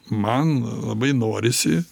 man labai norisi